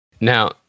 Now